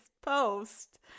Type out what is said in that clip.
post